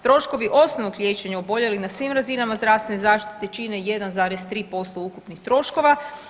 Troškovi osnovnog liječenja oboljelih na svim razinama zdravstvene zaštite čine 1,3% ukupnih troškova.